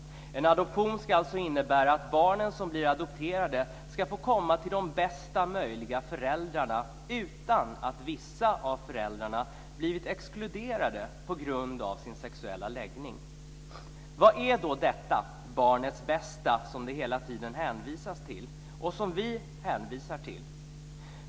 En adoption ska alltså innebära att barnen som blir adopterade ska få komma till de bästa möjliga föräldrarna utan att vissa av föräldrarna blivit exkluderade på grund av sin sexuella läggning. Vad är då detta "barnets bästa" som det hela tiden hänvisas till och som vi hänvisar till?